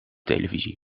televisie